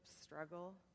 struggle